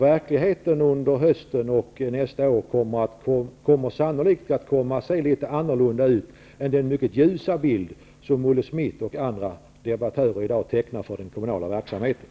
Verkligheten under hösten och nästa år kommer sannolikt att se litet annorlunda ut än den mycket ljusa bild som Olle Schmidt och andra debattörer i dag tecknar av den kommunala verksamheten.